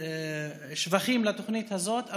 ושבחים על התוכנית הזאת,